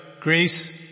Greece